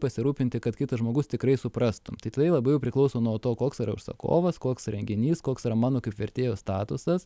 pasirūpinti kad kitas žmogus tikrai suprastum tai tada labai jau priklauso nuo to koks yra užsakovas koks renginys koks yra mano kaip vertėjo statusas